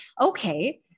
Okay